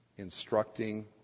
instructing